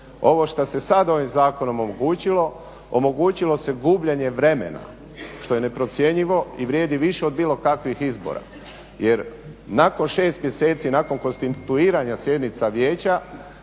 Ovo što se sada ovim zakonom omogućilo, omogućilo se gubljenje vremena što je neprocjenjivo i vrijedi više od bilo kakvih izbora. Jer nakon 6 mjeseci, nakon konstituiranja sjednica vijeća